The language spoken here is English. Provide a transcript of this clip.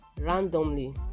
randomly